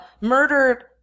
Murdered